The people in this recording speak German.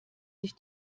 sich